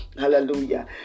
Hallelujah